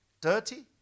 dirty